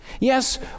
Yes